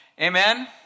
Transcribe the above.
Amen